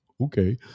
Okay